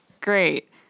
great